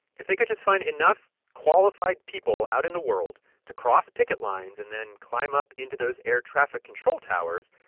if they could just find enough qualified people out in the world to cross picket lines and then climb up into those air traffic control towers,